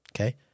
Okay